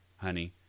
honey